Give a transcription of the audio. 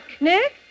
Nick